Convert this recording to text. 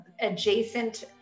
adjacent